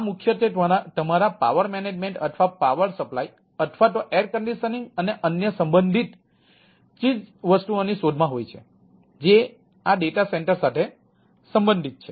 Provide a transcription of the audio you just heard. આ મુખ્યત્વે તમારા પાવર મેનેજમેન્ટ અથવા પાવર સપ્લાય અથવા એર કન્ડિશનિંગ અને અન્ય સંબંધિત ચીજવસ્તુઓની શોધમાં છે જે આ ડેટા સેન્ટર સાથે સંબંધિત છે